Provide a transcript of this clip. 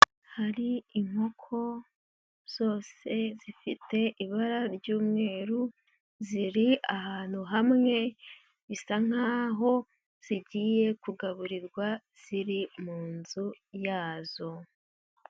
Hari inkoko zose zifite ibara ry'umweru, ziri ahantu hamwe, bisa nkaho zigiye kugaburirwa ziri mu nzu yazo.